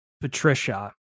Patricia